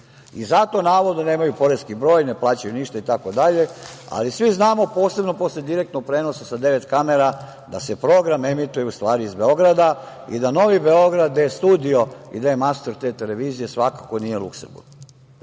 i zato, navodno, nemaju poreski broj, ne plaćaju ništa, itd., ali svi znamo, posebno posle direktnog prenosa devet kamera, da se program emituje u stvari iz Beograda i da Novi Beograd, gde je stidio i gde je master te televizije, svakako nije Luksemburg.Zašto